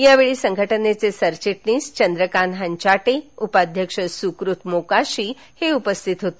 यावेळी संघटनेचे सरचिटणीस चंद्रकांत हंचाटे उपाध्यक्ष सुकुत मोकाशी उपस्थित होते